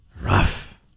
Rough